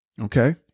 okay